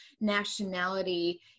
nationality